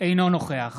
אינו נוכח